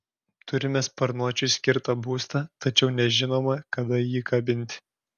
turime sparnuočiui skirtą būstą tačiau nežinome kada jį kabinti